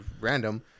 random